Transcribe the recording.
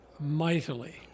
mightily